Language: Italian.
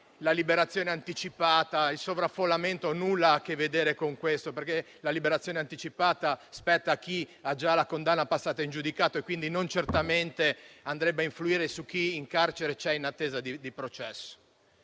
la liberazione anticipata e il sovraffollamento nulla hanno a che vedere con questo, perché la liberazione anticipata spetta a chi ha già la condanna passata in giudicato e quindi non andrebbe certamente a influire su chi è in carcere in attesa di processo.